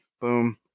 Boom